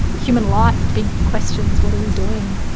human life, big questions, what are we doing,